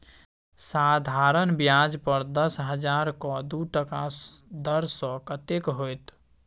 साधारण ब्याज पर दस हजारक दू टका दर सँ कतेक होएत?